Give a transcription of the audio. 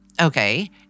Okay